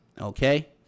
okay